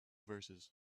verses